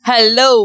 Hello